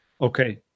Okay